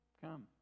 come